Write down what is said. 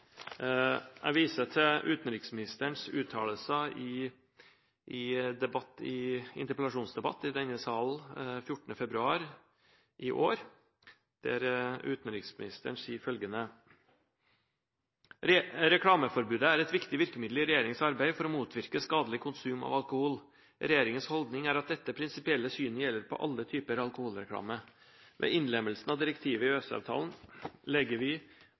Jeg viser til utenriksministerens uttalelser i en interpellasjonsdebatt i denne sal den 14. februar i år, der han sier følgende: «Reklameforbudet er et viktig virkemiddel i regjeringens arbeid for å motvirke skadelig konsum av alkohol. Regjeringens holdning er at dette prinsipielle synet gjelder for alle typer alkoholreklame. Ved innlemmelsen av direktivet i EØS-avtalen legger vi